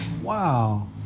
Wow